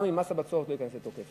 גם אם מס הבצורת לא ייכנס לתוקף.